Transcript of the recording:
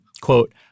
quote